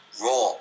RAW